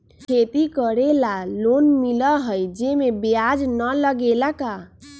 खेती करे ला लोन मिलहई जे में ब्याज न लगेला का?